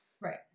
Right